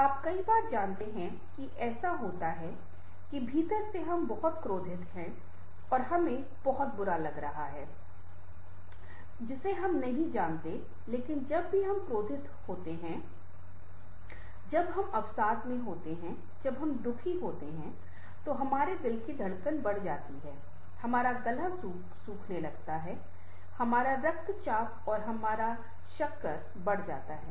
आप कई बार जानते हैं कि ऐसा होता है कि भीतर से हम बहुत क्रोधित होते हैं और हमें बहुत बुरा लगने लगता है जिसे हम नहीं जानते हैं लेकिन जब भी हम क्रोधित होते हैं जब हम अवसाद में होते हैं जब हम दुखी होते हैं तो हमारे दिल की धड़कन बढ़ जाती है हमारा गला सूखा हो जाता है हमारा रक्तचाप और हमारा शर्करा स्तर बढ़ जाता है